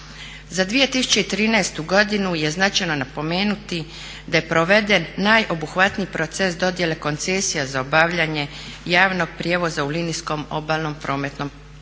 Za 2013. godinu je značajno napomenuti da je proveden najobuhvatniji proces dodjele koncesija za obavljanje javnog prijevoza u linijskom obalnom pomorskom prometu.